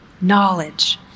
knowledge